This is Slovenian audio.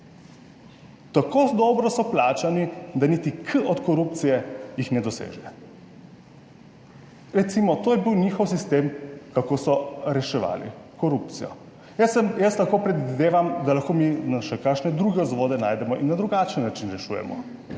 Tako dobro so plačani, da niti K od korupcije jih ne doseže. Recimo, to je bil njihov sistem, kako so reševali korupcijo. Jaz lahko predvidevam, da lahko mi še kakšne druge vzvode najdemo in na drugačen način rešujemo,